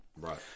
Right